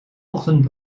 ochtend